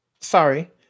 Sorry